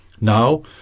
Now